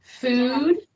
food